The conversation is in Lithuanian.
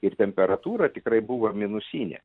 ir temperatūra tikrai buvo minusinė